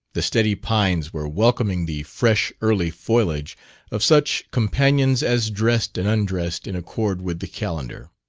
the steady pines were welcoming the fresh early foliage of such companions as dressed and undressed in accord with the calendar